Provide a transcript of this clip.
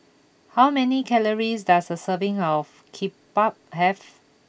how many calories does a serving of Kimbap have